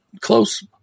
close